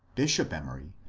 bishop emory,